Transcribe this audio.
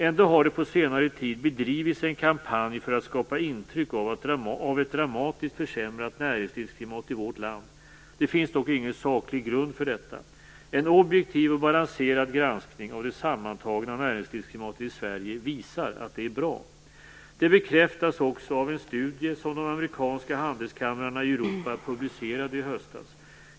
Ändå har det på senare tid bedrivits en kampanj för att skapa intryck av ett dramatiskt försämrat näringslivsklimat i vårt land. Det finns dock ingen saklig grund för detta. En objektiv och balanserad granskning av det sammantagna näringslivsklimatet i Sverige visar att det är bra. Detta bekräftas också av en studie som de amerikanska handelskamrarna i Europa publicerade i höstas.